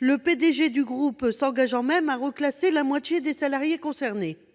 le PDG du groupe s'engageant même à reclasser la moitié des salariés concernés.